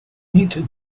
niet